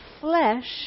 flesh